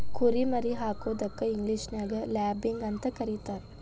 ಕುರಿ ಮರಿ ಹಾಕೋದಕ್ಕ ಇಂಗ್ಲೇಷನ್ಯಾಗ ಲ್ಯಾಬಿಂಗ್ ಅಂತ ಕರೇತಾರ